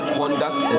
conduct